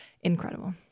incredible